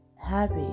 Happy